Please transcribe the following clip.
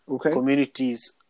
Communities